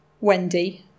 Wendy